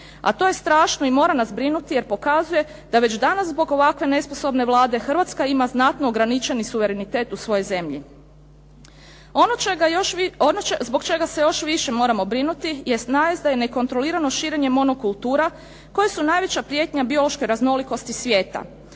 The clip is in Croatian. A to je strašno i mora nas brinuti jer pokazuje da već danas zbog ovakve nesposobne Vlade Hrvatske ima znatno ograničeni suverenitet u svojoj zemlji. Ono zbog čega se još više moramo brinuti jest najezda i nekontrolirano širenje monokultura koje su najveća prijetnja biološkoj raznolikosti svijeta.